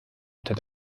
unter